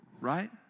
right